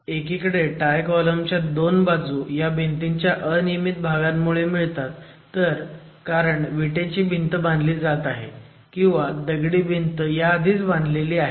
तर एकीकडे tie column च्या 2 बाजू ह्या भिंतीच्या अनियमित भागामुळे मिळतात कारण विटेची भिंत बांधली जात आहे किंवा दगडी भिंत आधीच बांधलेली आहे